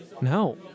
No